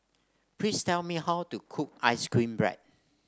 please tell me how to cook ice cream bread